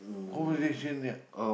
conversation yeah